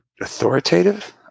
authoritative